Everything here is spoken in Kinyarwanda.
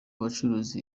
bacuruza